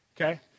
okay